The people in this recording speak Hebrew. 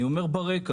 אני אומר ברקע,